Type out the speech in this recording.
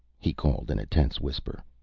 he called in a tense whisper,